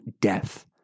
death